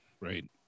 right